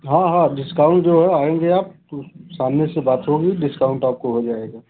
हाँ हाँ डिस्काउंट जो है आएँगे आप तो सामने से बात होगी डिस्काउंट आपको हो जाएगा